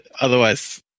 otherwise